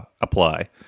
apply